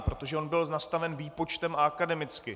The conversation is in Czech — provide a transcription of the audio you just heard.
Protože on byl nastaven výpočtem akademicky.